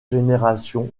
générations